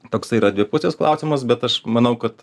toksai yra dvipusis klausimas bet aš manau kad